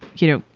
you know,